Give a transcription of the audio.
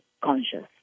conscious